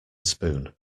spoon